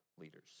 leaders